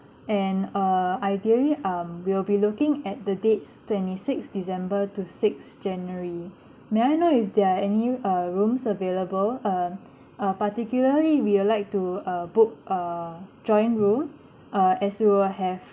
and uh ideally um we'll be looking at the dates twenty sixth december to sixth january may I know if there are any uh rooms available uh uh particularly we'll like to uh book uh joint room uh as we will have